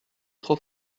trop